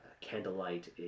candlelight